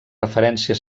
referència